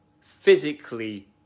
physically